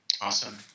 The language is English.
Awesome